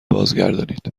بازگردانید